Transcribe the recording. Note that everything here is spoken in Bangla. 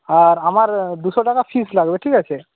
আর আমার দুশো টাকা ফিজ লাগবে ঠিক আছে